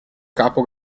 capo